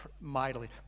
mightily